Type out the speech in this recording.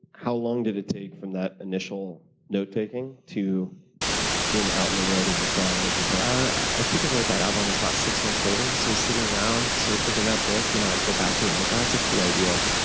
how long did it take from that initial note taking to being out in the world as a song would you say? i think i wrote that album, it was about six months later, so sitting around circled in that book. you know, i'd go back to it and like, oh, that's a cool idea.